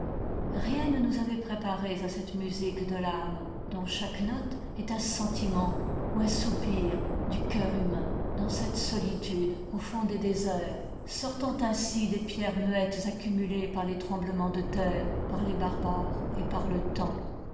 rien ne nous avait préparés à cette musique de l'ame dont chaque note est un sentiment ou un soupir du cœur humain dans cette soli tude au fond des déserts sortant ainsi des pierres muettes accumulées par les tremblemens de terre par les barbares et par le temps